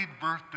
birth